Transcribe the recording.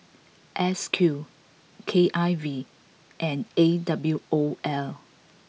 S Q K I V and A W O L